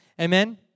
Amen